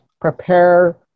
prepare